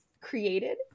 created